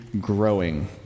growing